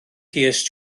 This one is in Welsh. pierce